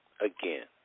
Again